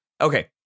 okay